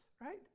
right